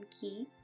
key